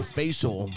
facial